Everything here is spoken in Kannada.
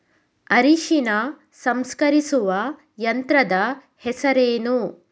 ಅರಿಶಿನ ಸಂಸ್ಕರಿಸುವ ಯಂತ್ರದ ಹೆಸರೇನು?